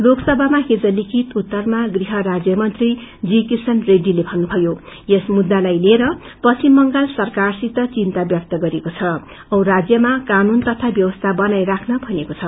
लोकसभामा हिज लिखित उत्तरमा गृह राज्यमंत्री जी किश्वन रेडीले भन्नुभयो यस मुद्दालाई लिएर पश्चिम बंगाल सरकारसित चिन्ता व्यक्त गरिएको छ औ राज्यमा कानून तथा व्यवस्था बनाई राख्न भनिएको छ